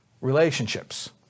relationships